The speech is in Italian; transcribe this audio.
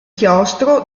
chiostro